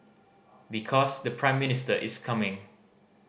because the Prime Minister is coming